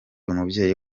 umubyeyi